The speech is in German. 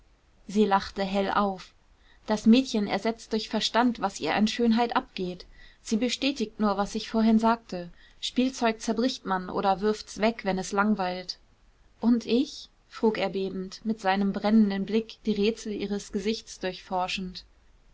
sie lachte hell auf das mädchen ersetzt durch verstand was ihr an schönheit abgeht sie bestätigt nur was ich vorhin sagte spielzeug zerbricht man oder wirft's weg wenn es langweilt und ich frug er bebend mit seinem brennenden blick die rätsel ihres gesichts durchforschend